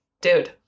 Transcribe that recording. dude